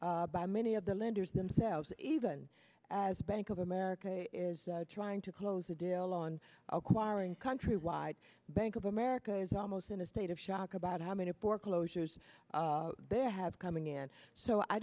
unanticipated by many of the lenders themselves even as bank of america is trying to close a deal on acquiring countrywide bank of america is almost in a state of shock about how many foreclosures they have coming in so i